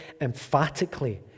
Emphatically